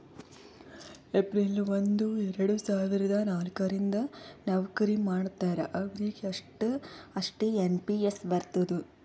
April ಒಂದು ಎರಡ ಸಾವಿರದ ನಾಲ್ಕ ರಿಂದ್ ನವ್ಕರಿ ಮಾಡ್ತಾರ ಅವ್ರಿಗ್ ಅಷ್ಟೇ ಎನ್ ಪಿ ಎಸ್ ಬರ್ತುದ್